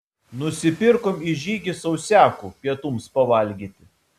nusipirkom į žygį sausiakų pietums pavalgyti